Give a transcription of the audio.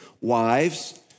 Wives